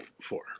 four